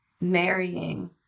marrying